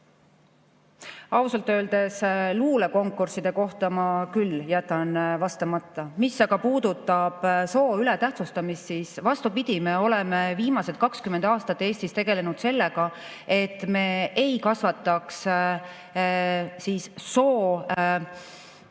Ausalt öeldes, luulekonkursside kohta ma küll jätan vastamata. Mis aga puudutab soo ületähtsustamist, siis vastupidi, me oleme viimased 20 aastat Eestis tegelenud sellega, et me ei kasvataks oodatud